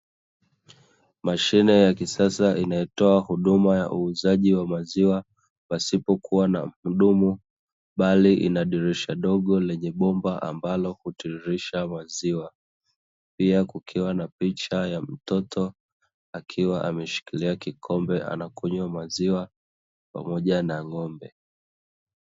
Mashine ya kisasa inayotoa huduma ya uuzaji wa maziwa pasipokuwa na muhudumu, bali ina dirisha dogo lenye bomba ambalo hutiririsha maziwa pia kukiwa na picha ya mtoto akiwa ameshikilia kikombe anakunywa maziwa pamoja na ng'ombe.